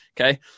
okay